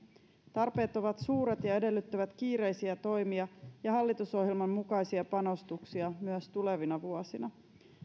tarpeet ovat suuret ja edellyttävät kiireisiä toimia ja hallitusohjelman mukaisia panostuksia myös tulevina vuosina